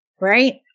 Right